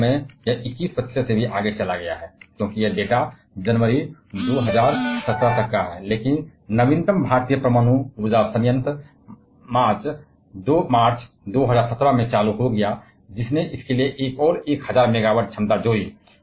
वास्तव में यह 21 प्रतिशत आगे भी बढ़ गया है क्योंकि यह डेटा जनवरी 2017 तक है लेकिन नवीनतम भारतीय बिजली परमाणु ऊर्जा संयंत्र मार्च 2017 में चालू हो गया जिसने इसके लिए एक और 1000 मेगावाट क्षमता जोड़ी